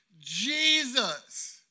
Jesus